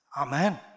Amen